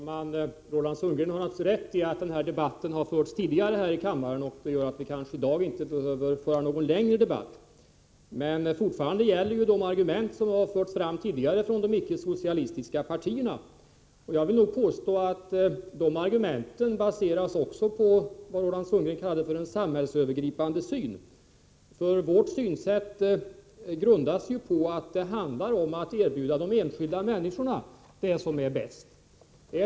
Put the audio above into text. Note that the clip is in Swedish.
Herr talman! Roland Sundgren har naturligtvis rätt i att den här debatten har förts tidigare i kammaren och att vi därför i dag inte behöver ha någon längre debatt. Men fortfarande gäller de argument som vi har fört fram tidigare från de icke-socialistiska partierna, och jag vill påstå att de argumenten också baseras på vad Roland Sundgren kallade en samhällsövergripande syn. Vårt synsätt grundas ju på att det handlar om att erbjuda de enskilda människorna det som är bäst.